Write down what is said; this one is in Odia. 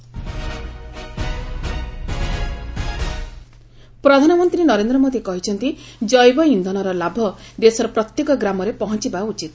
ପିଏମ୍ ବାୟୋଫ୍ରଏଲ୍ ପ୍ରଧାନମନ୍ତ୍ରୀ ନରେନ୍ଦ୍ର ମୋଦି କହିଛନ୍ତି ଜୈବ ଇନ୍ଧନର ଲାଭ ଦେଶର ପ୍ରତ୍ୟେକ ଗ୍ରାମରେ ପହଞ୍ଚବା ଉଚିତ